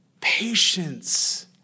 Patience